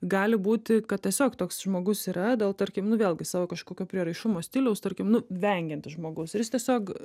gali būti kad tiesiog toks žmogus yra dėl tarkim vėlgi savo kažkokio prieraišumo stiliaus tarkim nu vengiantis žmogaus ir jis tiesiog